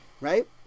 Right